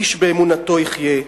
איש באמונתו יחיה,